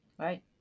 Right